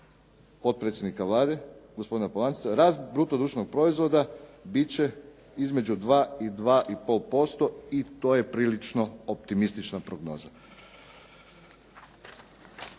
potpredsjednika Vlade, gospodina Polančeca: “Rast bruto društvenog proizvoda bit će između 2 i 2i pol posto i to je prilično optimistična prognoza.“